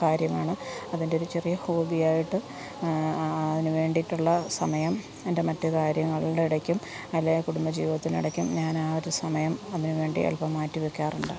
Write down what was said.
കാര്യമാണ് അതെൻ്റെ ഒരു ചെറിയ ഹോബി ആയിട്ട് അതിന് വേണ്ടിയിട്ടുള്ള സമയം എൻ്റെ മറ്റ് കാര്യങ്ങളുടെ ഇടയ്ക്കും അല്ലെങ്കിൽ കുടുംബജീവിതത്തിനിടയ്ക്കും ഞാൻ ആ ഒരു സമയം അതിന് വേണ്ടി അൽപ്പം മാറ്റി വയ്ക്കാറുണ്ട്